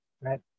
right